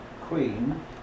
Queen